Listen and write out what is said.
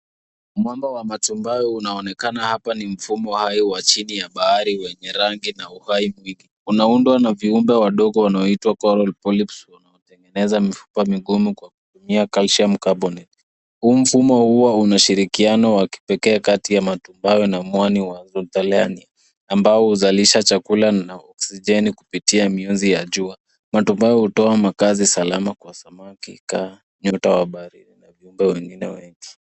Mwamba wa matumbawe unaonekana hapa kama mfumo wa chini ya bahari wenye rangi na muundo wa kipekee. Unaundwa na viumbe vidogo vinavyojulikana kama coral polyps, vinavyotengeneza mfupa mgumu kwa kutumia kalsiamu kaboni (calcium carbonate). Coral polyps huzalisha chakula na kusaidia katika mchakato wa kubadilisha lishe kupitia miuzi yao ya juwa. Matumbawe hutoa makazi salama kwa samaki na viumbe wengine wa baharini.